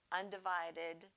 undivided